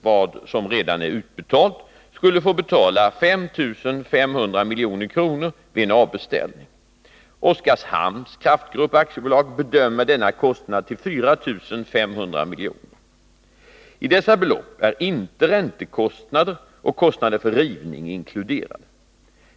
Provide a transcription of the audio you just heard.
vad som redan är utbetalt skulle få betala 5 500 milj.kr. vid en avbeställning. Oskarshamns Kraftgrupp AB bedömer denna kostnad till 4 500 miljoner. I dessa belopp är inte räntekostnader och kostnader för rivning inkluderade.